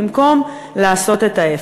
במקום לעשות את ההפך.